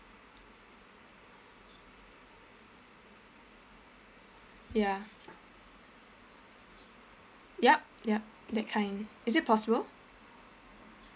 ya yup yup that kind is it possible